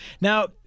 Now